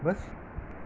बस